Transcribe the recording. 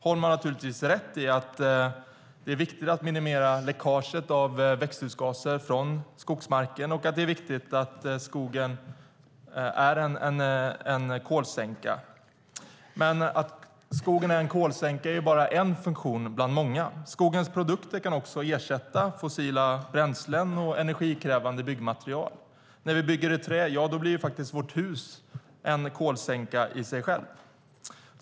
Holm har givetvis rätt i att det är viktigt att minimera läckaget av växthusgaser från skogsmarken och att skogen är en kolsänka. Men att skogen är en kolsänka är bara en funktion bland många. Skogens produkter kan också ersätta fossila bränslen och energikrävande byggmaterial. När vi bygger i trä blir huset en kolsänka i sig.